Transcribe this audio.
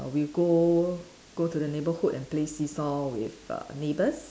we go go to the neighbourhood and play seesaw with err neighbours